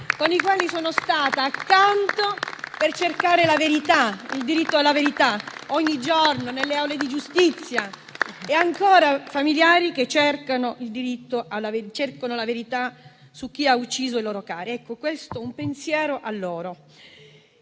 ai quali sono stata accanto per cercare la verità secondo il diritto alla verità, ogni giorno, nelle aule di giustizia, e ancora, ai familiari che cercano la verità su chi ha ucciso i loro cari. Il pensiero va a loro.